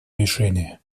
решения